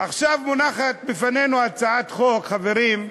עכשיו מונחת בפנינו הצעת חוק, חברים,